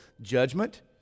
judgment